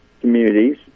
communities